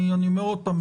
אני אומר עוד פעם,